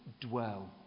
dwell